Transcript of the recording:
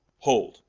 hold,